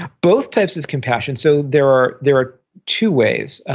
both types of compassion, so there are there are two ways.